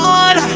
on